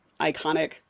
iconic